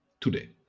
Today